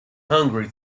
hungry